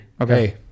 Okay